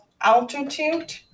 Altitude